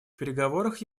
переговорах